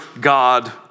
God